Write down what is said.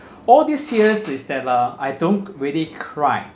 all these years is that uh I don't really cry